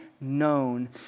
known